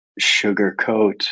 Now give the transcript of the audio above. sugarcoat